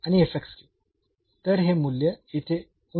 तर हे मूल्य येथे उंची आहे